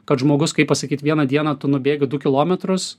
kad žmogus kaip pasakyt vieną dieną tu nubėgi du kilometrus